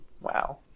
Wow